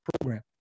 program